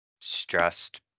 stressed